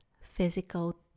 physical